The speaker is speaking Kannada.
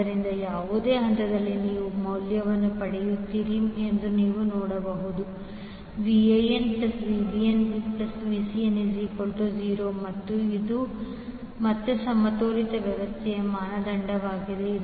ಆದ್ದರಿಂದ ಯಾವುದೇ ಹಂತದಲ್ಲಿ ನೀವು ಮೌಲ್ಯವನ್ನು ಪಡೆಯುತ್ತೀರಿ ಎಂದು ನೀವು ನೋಡಬಹುದು VanVbnVcn0 ಮತ್ತು ಇದು ಮತ್ತೆ ಸಮತೋಲಿತ ವ್ಯವಸ್ಥೆಯ ಮಾನದಂಡವಾಗಿದೆ